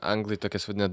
anglai tokias vadina